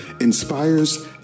inspires